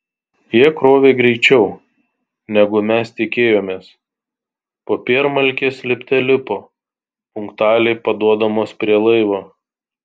jie krovė greičiau negu mes tikėjomės popiermalkės lipte lipo punktualiai paduodamos prie laivo